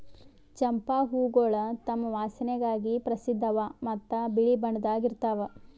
ಚಂಪಾ ಹೂವುಗೊಳ್ ತಮ್ ವಾಸನೆಗಾಗಿ ಪ್ರಸಿದ್ಧ ಅವಾ ಮತ್ತ ಬಿಳಿ ಬಣ್ಣದಾಗ್ ಇರ್ತಾವ್